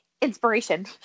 Inspiration